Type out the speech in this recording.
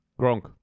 Gronk